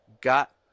got